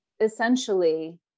essentially